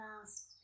last